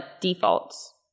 defaults